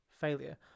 failure